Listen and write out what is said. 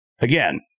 Again